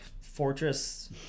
fortress